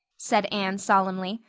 said anne solemnly.